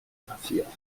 passieren